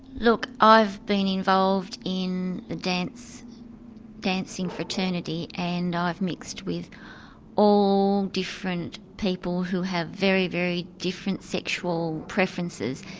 look, i've been involved in the dancing dancing fraternity and i've mixed with all different people who have very, very different sexual preferences.